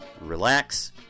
Relax